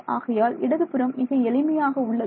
ஆகையால் இடதுபுறம் மிக எளிமையாக உள்ளது